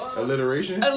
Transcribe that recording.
Alliteration